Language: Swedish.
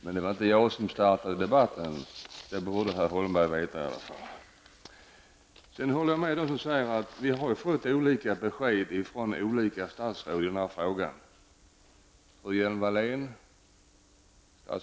Men det var som sagt inte jag som startade den debatten -- det borde herr Jag håller med dem som säger att vi i den här frågan har fått olika besked från olika statsråd -- från fru Lööw.